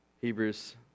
Hebrews